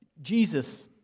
Jesus